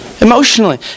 Emotionally